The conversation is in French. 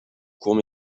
court